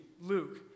Luke